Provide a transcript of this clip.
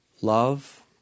Love